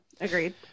agreed